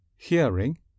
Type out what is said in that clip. Hearing